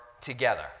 together